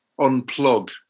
unplug